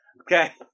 Okay